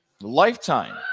lifetime